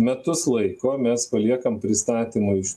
metus laiko mes paliekam pristatymui